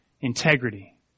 integrity